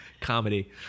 comedy